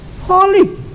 holy